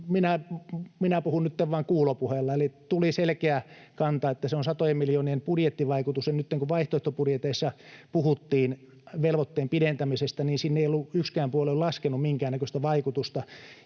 minä puhun nytten vain kuulopuheilla — eli tuli selkeä kanta, että sillä on satojen miljoonien budjettivaikutus. Nytten kun vaihtoehtobudjeteissa puhuttiin velvoitteen pidentämisestä, sille ei ollut yksikään puolue laskenut minkäännäköistä vaikutusta,